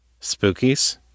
Spookies